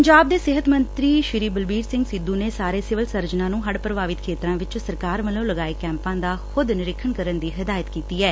ਪੰਜਾਬ ਦੇ ਸਿਹਤ ਮੰਤਰੀ ਬਲਬੀਰ ਸਿੰਘ ਸਿੱਧੂ ਨੇ ਸਾਰੇ ਸਿਵਲ ਸਰਜਨਾਂ ਨੂੂ ਹੜੁ ਪ੍ਰਭਾਵਿਤ ਖੇਤਰਾਂ ਚ ਸਰਕਾਰ ਵੱਲੋਂ ਲਗਏ ਕੈਂਪਾਂ ਦਾ ਖੁਦ ਨਿਰੀਖਣ ਕਰਨ ਦੀ ਹਦਾਇਤ ਕੀਤੀ ਐ